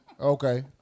okay